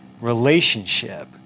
relationship